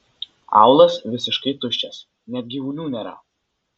aūlas visiškai tuščias net gyvulių nėra